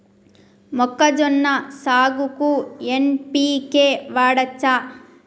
మొక్కజొన్న సాగుకు ఎన్.పి.కే వాడచ్చా?